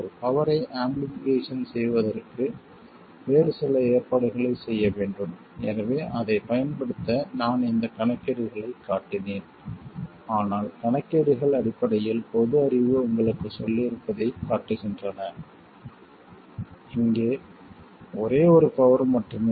ஒரு பவரைப் ஆம்பிளிஃபிகேஷன் செய்வதற்கு வேறு சில ஏற்பாடுகளைச் செய்ய வேண்டும் எனவே அதைப் பயன்படுத்த நான் இந்தக் கணக்கீடுகளைக் காட்டினேன் ஆனால் கணக்கீடுகள் அடிப்படையில் பொது அறிவு உங்களுக்குச் சொல்லியிருப்பதைக் காட்டுகின்றன இங்கே ஒரே ஒரு பவர் மட்டுமே